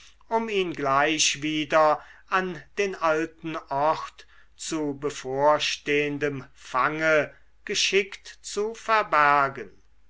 um ihn gleich wieder an den alten ort zu bevorstehendem fange geschickt zu verbergen